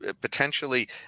potentially